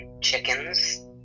chickens